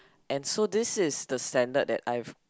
and so this is the standard that I've